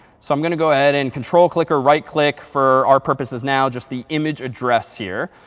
so i'm going to go ahead and control-click or right click for our purposes now just the image address here.